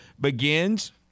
begins